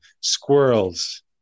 squirrels